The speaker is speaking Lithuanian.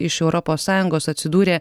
iš europos sąjungos atsidūrė